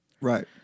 Right